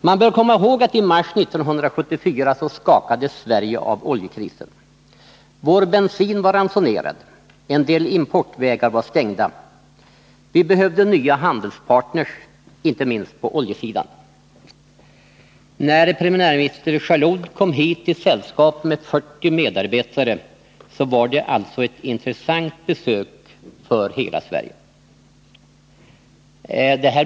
Man bör komma ihåg att i mars 1974 skakades Sverige av oljekrisen. Vår bensin var ransonerad, en del importvägar var stängda och vi behövde nya handelspartners inte minst på oljesidan. När premiärminister Jalloud kom hit i sällskap med 40 medarbetare var det alltså ett intressant besök för hela Sverige.